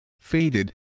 faded